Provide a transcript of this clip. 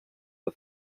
for